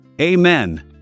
Amen